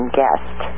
guest